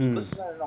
hmm